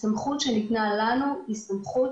הסמכות שניתנה לנו היא סמכות